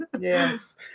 Yes